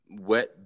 wet